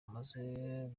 amaze